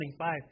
25